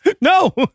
No